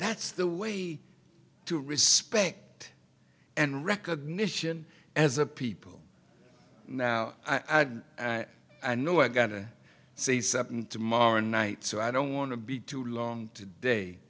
that's the way to respect and recognition as a people now i know i got to say something tomorrow night so i don't want to be too long today